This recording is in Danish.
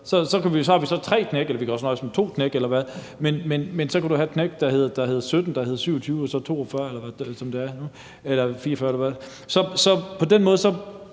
Så har vi så tre knæk, eller vi kan også nøjes med to knæk, men så kunne man have knæk, der var på 17, 27 og så 42 eller 44 pct., som det er